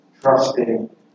trusting